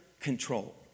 control